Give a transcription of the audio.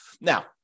Now